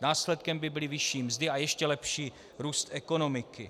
Následkem by byly vyšší mzdy a ještě lepší růst ekonomiky.